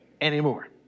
anymore